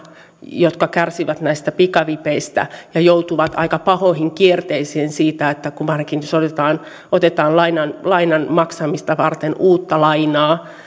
joka kärsii näistä pikavipeistä ja joutuu aika pahoihin kierteisiin siitä ainakin jos otetaan lainan lainan maksamista varten uutta lainaa